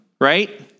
right